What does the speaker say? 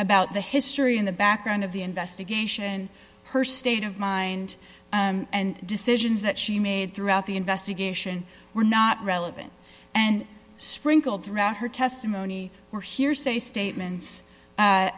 about the history in the background of the investigation her state of mind and decisions that she made throughout the investigation were not relevant and sprinkled throughout her testimony or hearsay statements a